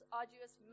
arduous